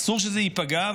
אסור שזה ייפגע,